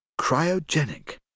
Cryogenic